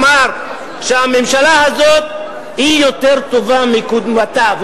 אמר שהממשלה הזאת היא יותר טובה מקודמתה,